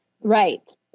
Right